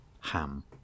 Ham